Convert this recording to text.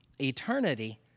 eternity